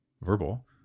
verbal